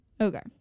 Okay